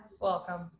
Welcome